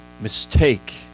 mistake